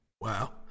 Wow